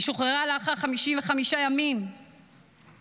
היא שוחררה לאחר 55 ימים מהשבי,